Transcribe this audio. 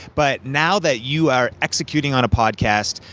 but now that you are executing on a podcast,